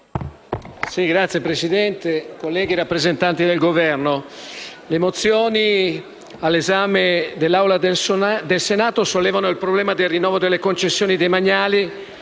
Signor Presidente, colleghi, rappresentanti del Governo, le mozioni all'esame dell'Assemblea del Senato sollevano il problema del rinnovo delle concessioni demaniali